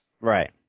Right